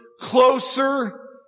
closer